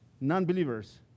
non-believers